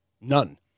None